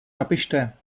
napište